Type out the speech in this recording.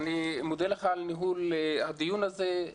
אני מודה לך על ניהול הדיון הזה,